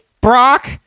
Brock